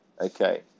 Okay